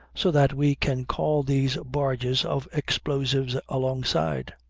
so that we can call these barges of explosives alongside.